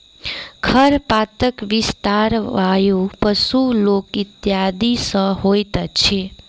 खरपातक विस्तार वायु, पशु, लोक इत्यादि सॅ होइत अछि